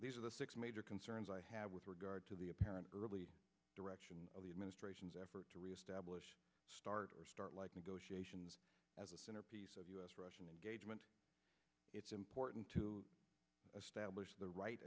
these are the six major concerns i have with regard to the apparent early direction of the administration's effort to reestablish start or start like negotiations as a centerpiece of u s russian engagement it's important to establish the right